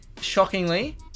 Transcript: shockingly